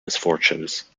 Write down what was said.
misfortunes